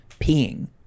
peeing